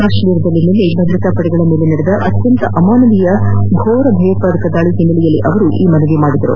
ಕಾಶ್ಮೀರದಲ್ಲಿ ನಿನ್ನೆ ಭದ್ರತಾ ಪಡೆಗಳ ಮೇಲೆ ನಡೆದ ಅತ್ಯಂತ ಅಮಾನವೀಯ ಘೋರ ಭಯೋತ್ಪಾದಕ ದಾಳಿಯ ಹಿನ್ನೆಲೆಯಲ್ಲಿ ಅವರು ಈ ಮನವಿ ಮಾಡಿದ್ದಾರೆ